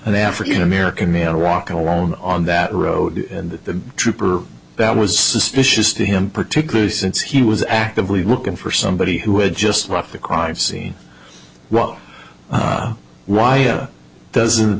an african american man walking alone on that road and the trooper that was suspicious to him particularly since he was actively looking for somebody who had just left the crime scene well why doesn't